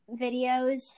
videos